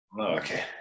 okay